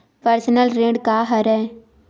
Personal ऋण का हरय?